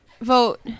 vote